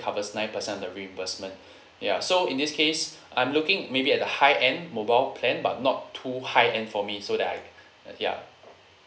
covers nine percent of the reimbursement ya so in this case I'm looking maybe at a high end mobile plan but not too high end for me so that I ya